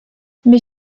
mais